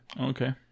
Okay